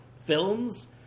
films